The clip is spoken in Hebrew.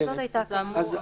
זאת הייתה הכוונה.